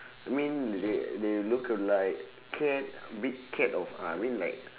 I mean they they look alike cat big cat of uh I mean like